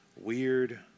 weird